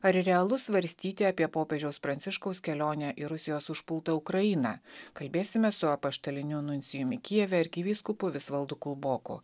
ar realu svarstyti apie popiežiaus pranciškaus kelionę į rusijos užpultą ukrainą kalbėsime su apaštaliniu nuncijumi kijeve arkivyskupu visvaldu kulboku